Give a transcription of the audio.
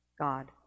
God